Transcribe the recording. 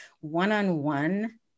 one-on-one